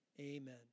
amen